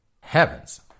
Heavens